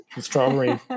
strawberry